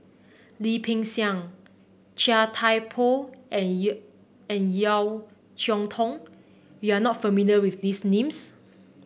Lim Peng Siang Chia Thye Poh and and Yeo Cheow Tong you are not familiar with these names